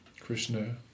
Krishna